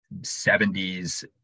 70s